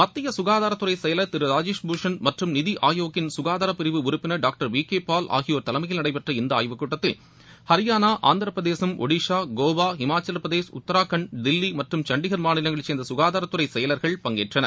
மத்திய சுகாதாரத்துறை செயலர் திரு ராஜேஷ் பூஷன் மற்றும் நிதி ஆயோக்கின் சுகாதாரப் பிரிவு உறுப்பினர் டாக்டர் வி கே பால் ஆகியோர் தலைமையில் நடைபெற்ற இந்த ஆய்வுக் கூட்டத்தில் ஹரியான ஆந்திரப் பிரதேசம் ஒடிசா கோவா ஹிமாச்சல் பிரதேஷ் உத்தரகாண்ட் தில்லி மற்றும் சண்டிகர் மாநிலங்களை சேர்ந்த சுகாதாரத்துறை செயலர்கள் பங்கேற்றனர்